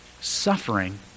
Suffering